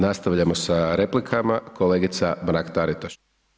Nastavljamo sa replikama, kolegica Mrak Taritaš.